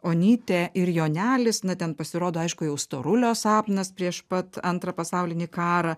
onytė ir jonelis na ten pasirodo aišku jau storulio sapnas prieš pat antrą pasaulinį karą